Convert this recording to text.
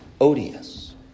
odious